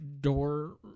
door